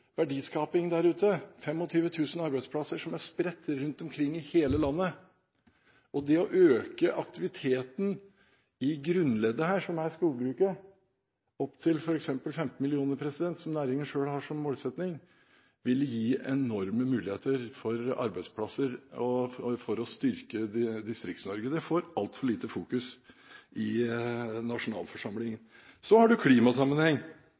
verdiskaping der ute – 25 000 arbeidsplasser som er spredt rundt omkring i hele landet – og det å øke aktiviteten i grunnleddet her, som er skogbruket, til f.eks. 15 mill. m3, som næringen selv har som målsetting, ville gi enorme muligheter for arbeidsplasser og for å styrke Distrikts-Norge. Det får altfor lite oppmerksomhet i nasjonalforsamlingen. Så har vi klimasammenheng.